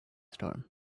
storm